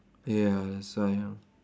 ya that's why